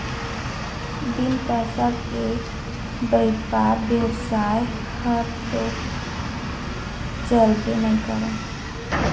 बिन पइसा के बइपार बेवसाय ह तो चलबे नइ करय